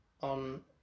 on